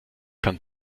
kann